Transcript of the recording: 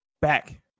Back